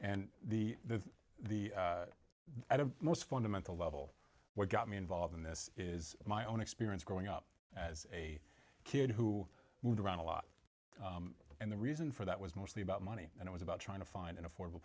d the the most fundamental level what got me involved in this is my own experience growing up as a kid who moved around a lot and the reason for that was mostly about money and it was about trying to find an affordable